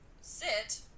sit